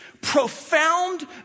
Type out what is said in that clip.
profound